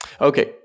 Okay